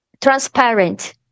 transparent